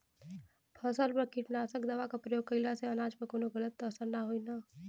फसल पर कीटनाशक दवा क प्रयोग कइला से अनाज पर कवनो गलत असर त ना होई न?